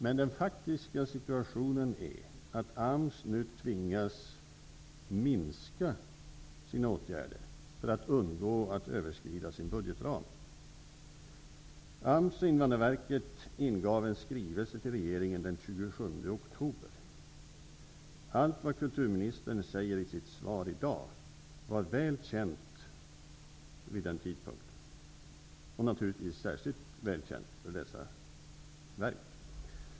Men den faktiska situationen är att AMS nu tvingas minska sina åtgärder för att undgå att överskrida sin budgetram. AMS och Invandrarverket ingav en skrivelse till regeringen den 27 oktober. Allt vad kulturministern säger i sitt svar var väl känt vid den tidpunkten, och naturligtvis särskilt välkänt för dessa verk.